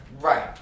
Right